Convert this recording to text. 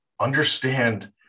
understand